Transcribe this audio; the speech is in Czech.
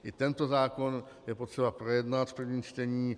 I tento zákon je potřeba projednat v prvním čtení.